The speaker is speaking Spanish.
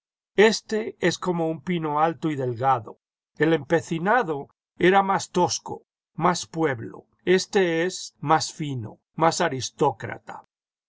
éste es como un pino alto y delgado el empecinado era más tosco más pueblo éste es más fíno más aristócrata